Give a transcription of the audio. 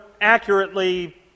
accurately